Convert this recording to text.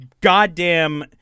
goddamn